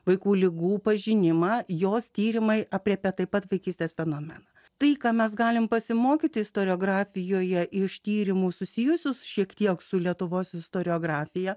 vaikų ligų pažinimą jos tyrimai aprėpia taip pat vaikystės fenomeną tai ką mes galime pasimokyti istoriografijoje iš tyrimus susijusius šiek tiek su lietuvos istoriografija